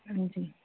हां जी